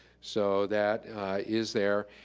so that is there.